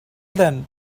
then